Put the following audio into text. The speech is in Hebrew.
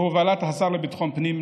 בהובלת השר לביטחון הפנים,